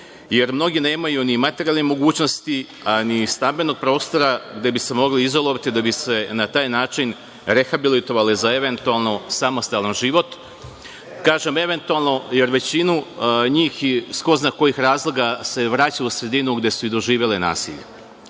jer mnogi nemaju ni materijalne mogućnosti, a ni stambenog prostora gde bi se mogli izolovati da bi se na taj način rehabilitovali za eventualno samostalna život, kažem eventualno, jer većina njih iz ko zna kojih razloga se vraća u sredinu gde su i doživele nasilje. Žene